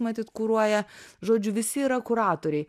matyt kuruoja žodžiu visi yra kuratoriai